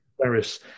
various